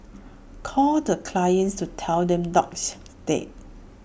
calls the clients to tell them dog is dead